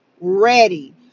ready